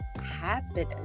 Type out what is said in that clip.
happiness